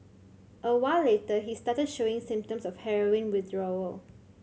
a while later he started showing symptoms of heroin withdrawal